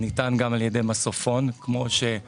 ניתן גם על ידי מסופון, כמו סוכנים.